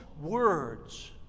words